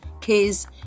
case